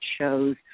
shows